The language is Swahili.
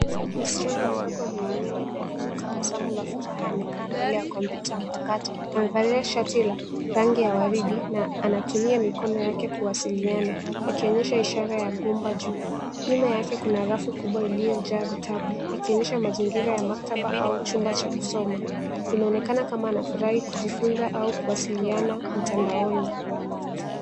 Msichana mdogo mwenye nywele ndefu na tabasamu la furaha amekaa mbele ya kompyuta mpakato. Amevalia shati la rangi ya waridi na anatumia mikono yake kuwasiliana, akionyesha ishara ya gumba juu. Nyuma yake kuna rafu kubwa iliyojaa vitabu ikionyesha mazingira ya maktaba au chumba cha kusoma. Inaonekana kama ana furahi kujifunza au kuwasiliana mtandaoni.